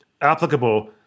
applicable